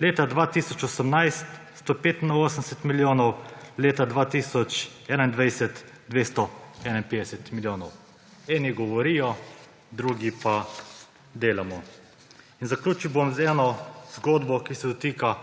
leta 2018 185 milijonov, leta 2021 251 milijonov. Eni govorijo, drugi pa delamo. Zaključil bom z eno zgodbo, ki se dotika